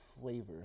flavor